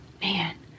man